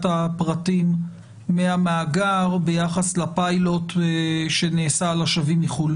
הפרטים מהמאגר ביחס לפיילוט שנעשה לשבים מחו"ל,